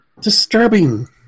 disturbing